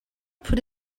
put